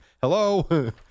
hello